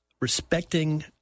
respecting